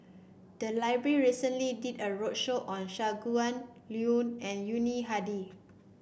the library recently did a roadshow on Shangguan Liuyun and Yuni Hadi